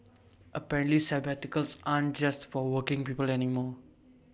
apparently sabbaticals aren't just for working people anymore